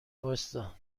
وایستا